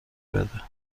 بده